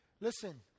listen